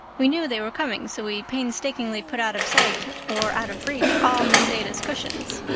we knew they were coming, so we painstakingly put out of sight or out of reach all miss ada's cushions.